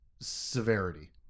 severity